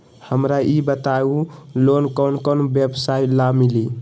हमरा ई बताऊ लोन कौन कौन व्यवसाय ला मिली?